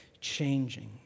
changing